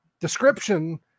description